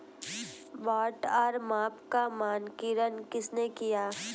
बाट और माप का मानकीकरण किसने किया?